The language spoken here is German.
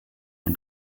von